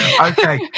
okay